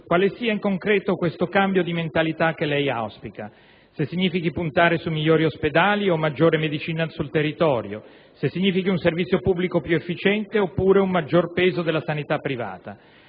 quale sia in concreto questo cambio di mentalità che lei auspica, se significhi puntare su migliori ospedali o maggiore medicina sul territorio, se significhi un servizio pubblico più efficiente oppure un maggiore peso della sanità privata.